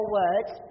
words